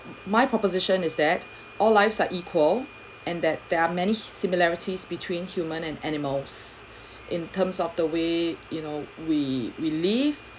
my proposition is that all lives are equal and that there are many similarities between human and animals in terms of the way you know we we live